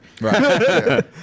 Right